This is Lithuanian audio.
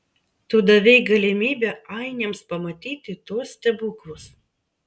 tu davei galimybę ainiams pamatyti tuos stebuklus